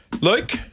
Luke